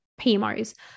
PMOs